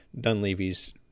Dunleavy's